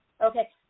Okay